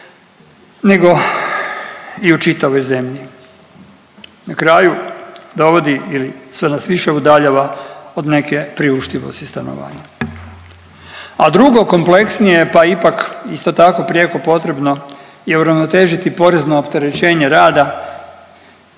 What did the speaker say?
nego i u čitavoj zemlji, na kraju dovodi ili sve nas više udaljava od neke priuštivosti stanovanja. A drugo kompleksnije, pa ipak isto tako prijeko potrebno je uravnotežiti porezno opterećenje rada